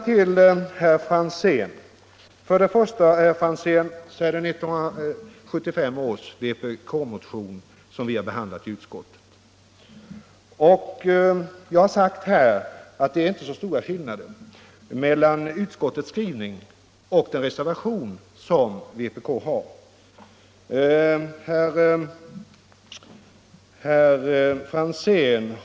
Till herr Franzén vill jag först och främst säga att det är 1975 års vpk-motion som vi har behandlat i utskottet. Jag har sagt att det inte är så stora skillnader mellan utskottets skrivning och skrivningen i vpk:s reservation.